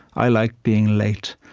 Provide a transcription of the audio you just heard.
i like being late.